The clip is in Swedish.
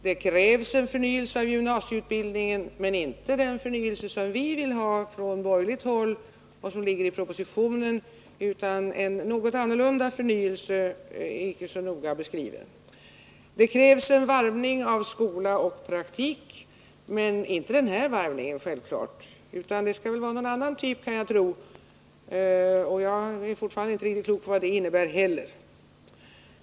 Det krävs en förnyelse av gymnasieutbildningen, men inte den förnyelse som vi från borgerligt håll vill ha och som ligger i propositionen, utan en något annorlunda förnyelse, icke så noga beskriven. Det krävs en varvning av skola och praktik, men inte den varvning som vi föreslagit — självfallet. Det skall vara någon annan typ, kan jag tro, och jag är fortfarande inte riktigt klok på vad det innebär heller.